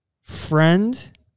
friend